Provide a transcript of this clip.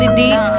deep